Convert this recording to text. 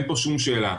אין פה שום שאלה.